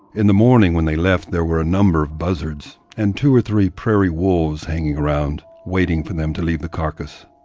in the morning when they left, there were a number of buzzards and two or three prairie wolves hanging around waiting for them to leave the carcass.